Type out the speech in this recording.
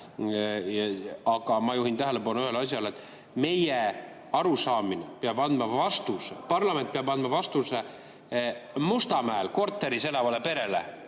Aga ma juhin tähelepanu ühele asjale: meie arusaamine peab andma vastuse, parlament peab andma vastuse Mustamäel korteris elavale perele,